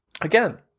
again